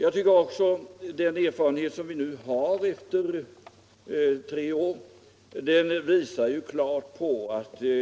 Jag tycker också att den erfarenhet som vi nu har fått efter tre år klart visar att vi